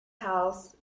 house